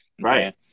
Right